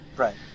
Right